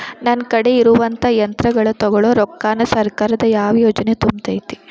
ನನ್ ಕಡೆ ಇರುವಂಥಾ ಯಂತ್ರಗಳ ತೊಗೊಳು ರೊಕ್ಕಾನ್ ಸರ್ಕಾರದ ಯಾವ ಯೋಜನೆ ತುಂಬತೈತಿ?